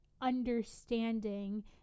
understanding